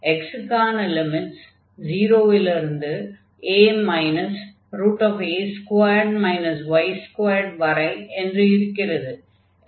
x க்கான limits 0 லிருந்து a வரை என்று இருக்கிறது